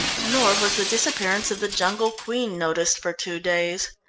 nor was the disappearance of the jungle queen noticed for two days.